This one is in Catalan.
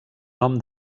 nom